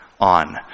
on